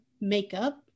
makeup